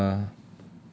ira